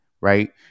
Right